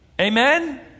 Amen